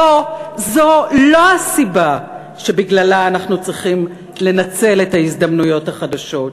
זו לא הסיבה שבגללה אנחנו צריכים לנצל את ההזדמנויות החדשות.